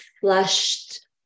flushed